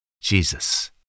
Jesus